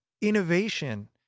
innovation